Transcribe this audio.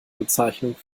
bezeichnung